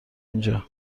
اینجا